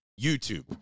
YouTube